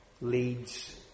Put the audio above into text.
leads